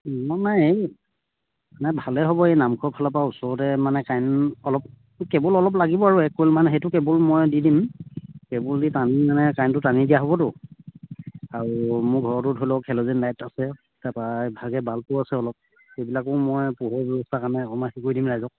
নাই নাই ভালেই হ'ব এই নামঘৰৰ ফালৰ পৰা ওচৰতে মানে কাৰেন্ট অলপ কেবুল অলপ লাগিব আৰু এক কইল মান সেইটো কেবুল মই দি দিম কেবুল দি টানি মানে কাৰেন্টটো টানি দিয়া হ'বতো আৰু মোৰ ঘৰতো ধৰি লওক হেলজেন লাইট আছে তাৰপৰা ইভাগে বাল্বো আছে অলপ সেইবিলাকো মই পোহৰৰ ব্যৱস্থা কাৰণে অকণমান হেৰি কৰি দিম ৰাইজক